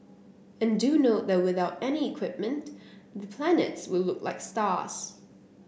and do note that without any equipment the planets will look like stars